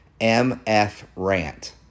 MFRANT